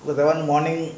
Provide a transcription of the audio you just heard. morning